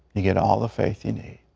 you get all the faith you need.